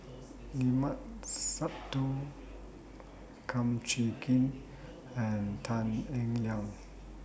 Limat Sabtu Kum Chee Kin and Tan Eng Liang